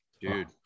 dude